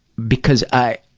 because i,